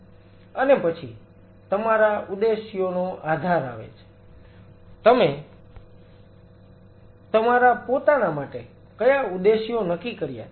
અને પછી તમારા ઉદેશ્યોનો આધાર આવે છે તમે તમારા પોતાના માટે કયા ઉદેશ્યો નક્કી કર્યા છે